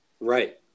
Right